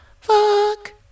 fuck